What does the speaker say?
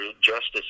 justice